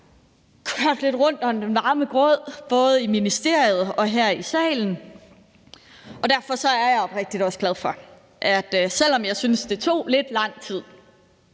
kom lidt rundt om den varme grød både i ministeriet og her i salen. Derfor er jeg oprigtigt også glad for – selv om jeg synes, det tog lidt lang tid,